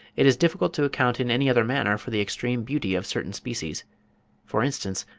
it is difficult to account in any other manner for the extreme beauty of certain species for instance,